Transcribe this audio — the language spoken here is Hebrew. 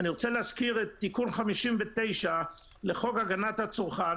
אני רוצה להזכיר את תיקון 59 לחוק הגנת הצרכן,